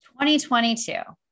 2022